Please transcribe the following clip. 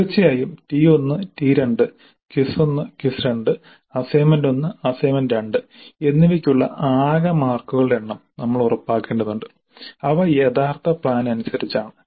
തീർച്ചയായും T 1 T 2 quiz 1 quiz 2 assignment 1 assignment 2 എന്നിവയ്ക്കുള്ള ആകെ മാർക്കുകളുടെ എണ്ണം നമ്മൾ ഉറപ്പാക്കേണ്ടതുണ്ട് അവ യഥാർത്ഥ പ്ലാൻ അനുസരിച്ചാണ്